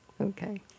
Okay